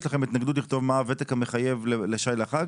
יש לכם התנגדות לכתוב מה הוותק המחייב לקבלת שי לחג?